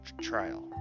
trial